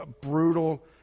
brutal